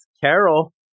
Carol